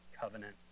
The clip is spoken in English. covenant